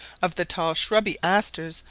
of the tall shrubby asters,